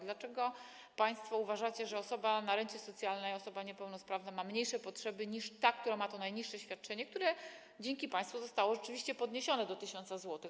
Dlaczego państwo uważacie, że osoba na rencie socjalnej, osoba niepełnosprawna ma mniejsze potrzeby niż ta, która ma to najniższe świadczenie, które dzięki państwu zostało rzeczywiście podniesione do 1 tys. zł?